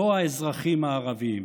לא האזרחים הערבים,